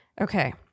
Okay